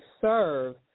serve